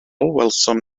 welsom